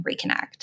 reconnect